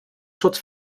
schutz